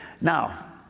Now